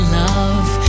love